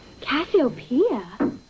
Cassiopeia